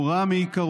הוא רע מעיקרו,